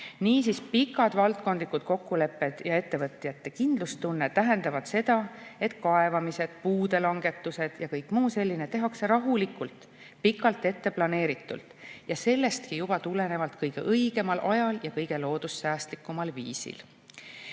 Niisiis, pikad valdkondlikud kokkulepped ja ettevõtjate kindlustunne tähendavad seda, et kaevamised, puude langetused ja kõik muu selline tehakse rahulikult, pikalt ette planeeritult ja sellestki juba tulenevalt kõige õigemal ajal ja kõige loodussäästlikumal viisil. Eraldi